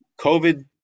COVID